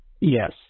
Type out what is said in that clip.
Yes